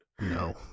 No